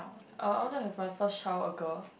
uh I want to have my first child a girl